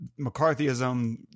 McCarthyism